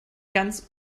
ganz